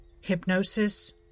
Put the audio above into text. hypnosis